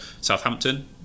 Southampton